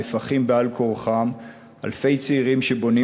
נהפכים בעל כורחם אלפי צעירים שבונים